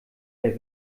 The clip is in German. der